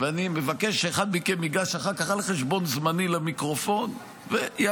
ואני מבקש שאחד מכם ייגש אחר כך על חשבון זמני למיקרופון ויענה,